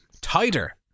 tighter